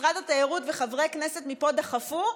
משרד התיירות וחברי כנסת מפה דחפו,